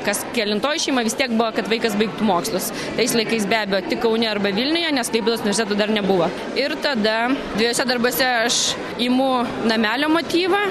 kas kelintoj šeimoj vis tiek buvo kad vaikas baigtų mokslus tais laikais be abejo tik kaune arba vilniuje nes klaipėdos universiteto dar nebuvo ir tada dviejuose darbuose aš imu namelio motyvą